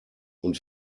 und